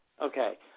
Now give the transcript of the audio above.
Okay